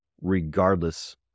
regardless